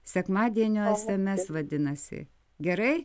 sekmadienio sms vadinasi gerai